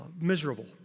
Miserable